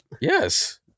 Yes